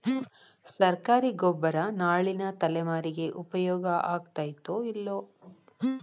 ಸರ್ಕಾರಿ ಗೊಬ್ಬರ ನಾಳಿನ ತಲೆಮಾರಿಗೆ ಉಪಯೋಗ ಆಗತೈತೋ, ಇಲ್ಲೋ?